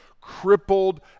crippled